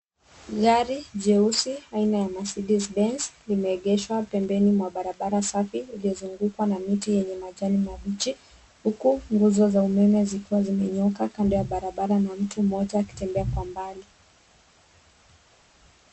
Gari jeusi aina ya Mercedes Benz limeegeshwa pembeni mwa barabara safi uliozungukwa na miti yenye majani mabichi huku nguzo za umeme zikiwa zimenyooka kando ya barabara na mtu mmoja akitembea kwa mbali.